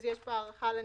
אז יש פה הארכה לנישום.